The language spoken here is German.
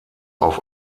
auf